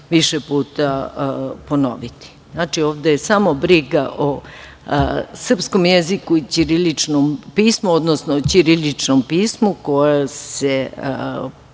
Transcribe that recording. više puta ponoviti. Znači, ovde je samo briga o srpskom jeziku i ćiriličnom pismu, odnosno ćiriličnom pismu koje,